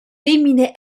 femmine